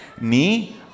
ni